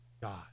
God